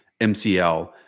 MCL